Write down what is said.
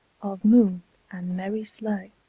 of moon and merry sleigh.